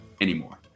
anymore